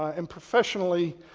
and professionally,